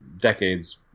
decades